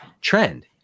trend